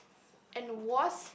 and worst